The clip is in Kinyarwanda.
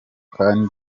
kandi